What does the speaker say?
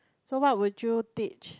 so what will you teach